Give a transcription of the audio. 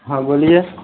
हाँ बोलिए